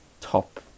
top